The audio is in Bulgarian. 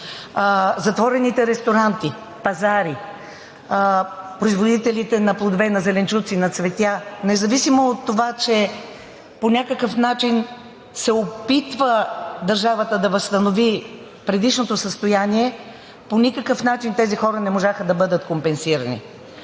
Затворените ресторанти, пазари, производителите на плодове и на зеленчуци, на цветя, независимо от това, че по някакъв начин държавата се опитва да възстанови предишното състояние, по никакъв начин тези хора не можаха да бъдат компенсирани